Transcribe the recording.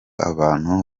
abantu